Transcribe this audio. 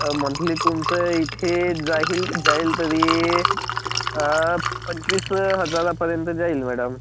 monthly तुमचं इथे जाईल जाईल तरी पंचवीस हजारापर्यंत जाईल मॅडम